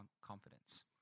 confidence